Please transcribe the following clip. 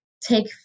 take